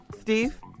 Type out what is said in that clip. Steve